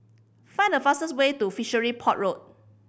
find the fastest way to Fishery Port Road